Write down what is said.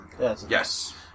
Yes